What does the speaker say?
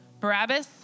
Barabbas